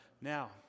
Now